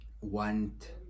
want